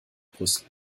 brüssel